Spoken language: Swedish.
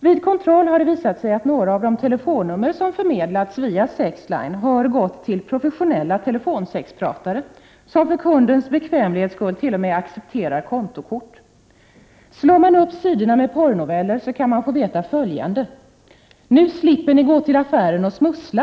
Vid kontroll har det visat sig att några av de telefonnummer som förmedlats via Sexline har gått till professionella telefonsexpratare, som för kundens bekvämlighets skull t.o.m. accepterar kontokort. Slår man upp sidorna med porrnoveller kan man få veta följande: ”Nu slipper ni gå till affären och smussla.